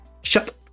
shut